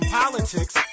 politics